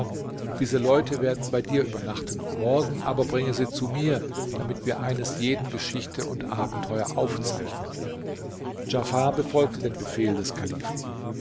diese leute werden bei dir übernachten morgen aber bringe sie zu mir damit wir eines jeden geschichte und abenteuer aufzeichnen djafar befolgte den befehl des kalifen